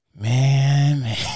Man